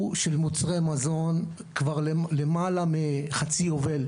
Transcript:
של מוצרי מזון כבר למעלה מחצי יובל,